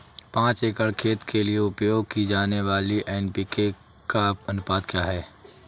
पाँच एकड़ खेत के लिए उपयोग की जाने वाली एन.पी.के का अनुपात क्या है?